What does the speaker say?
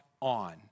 on